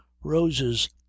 roses